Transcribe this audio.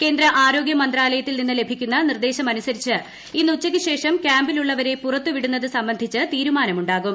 കേന്ദ്ര ആരോഗ്യ മന്ത്രാലയത്തിൽ നിന്ന് ലഭിക്കുന്ന നിർദേശമനുസരിച്ച് ഇന്ന് ഉച്ചയ്ക്ക് ശേഷം ക്യാമ്പിലുളളവരെ പുറത്ത് വിടുന്നത് സംബന്ധിച്ച് തീരുമാനമുണ്ടാകും